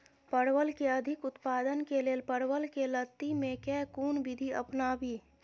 परवल केँ अधिक उत्पादन केँ लेल परवल केँ लती मे केँ कुन विधि अपनाबी?